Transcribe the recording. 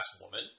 woman